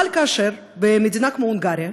אבל כאשר במדינה כמו הונגריה,